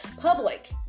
public